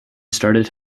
started